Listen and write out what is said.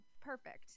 perfect